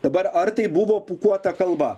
dabar ar tai buvo pūkuota kalba